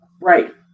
Right